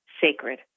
sacred